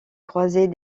croiser